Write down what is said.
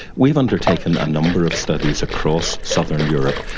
we've undertaken a number of studies across southern europe,